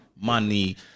money